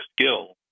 skill